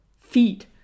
feet